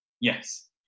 Yes